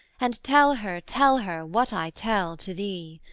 and tell her, tell her, what i tell to thee.